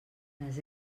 les